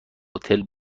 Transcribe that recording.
هتل